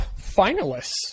finalists